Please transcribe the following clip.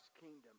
kingdom